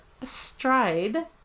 astride